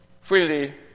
freely